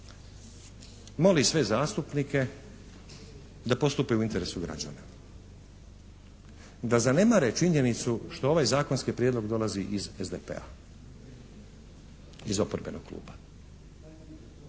moli sve zastupnike da postupe u interesu građana, da zanemare činjenicu što ovaj zakonski prijedlog dolazi iz SDP-a, iz oporbenog kluba,